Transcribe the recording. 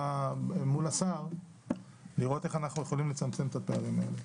מול השר לראות איך אנחנו יכולים לצמצם את הפערים האלה.